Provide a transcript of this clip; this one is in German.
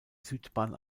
südbahn